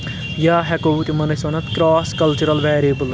یا ہؠکو تِمَن أسۍ ؤنِتھ کراس کَلچرل ویربٕلز